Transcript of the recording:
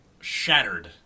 shattered